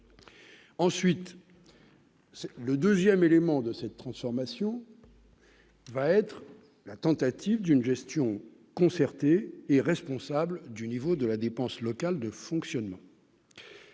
ensuite le 2ème élément de cette transformation. Va être la tentative d'une gestion concertée et responsable du niveau de la dépense locale de fonctionnement.